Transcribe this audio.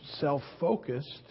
self-focused